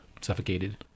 suffocated